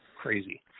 Crazy